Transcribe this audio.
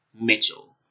Mitchell